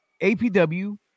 APW